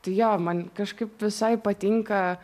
tai jo man kažkaip visai patinka